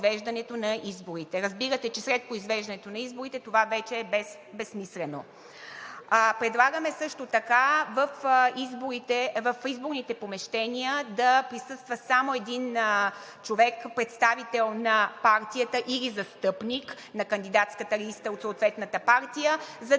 на изборите. Разбирате, че след произвеждането на изборите това вече е безсмислено. Предлагаме също така в изборните помещения да присъства само един човек – представител на партията или застъпник на кандидатската листа от съответната партия, за